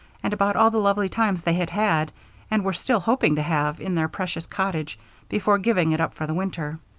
and about all the lovely times they had had and were still hoping to have in their precious cottage before giving it up for the winter.